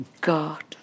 God